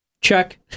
Check